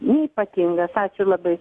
neypatingas ačiū labai